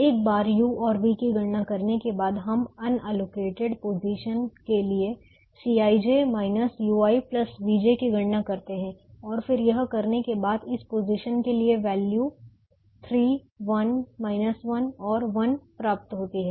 एक बार u और v की गणना करने के बाद हम अनएलोकेटेड पोजीशन के लिए Cij ui vj की गणना करते हैं और फिर यह करने के बाद इस पोजीशन के लिए वैल्यू 3 1 1 और 1 प्राप्त होती है